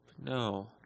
No